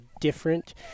different